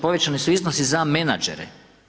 Povećani su iznosi za menadžere.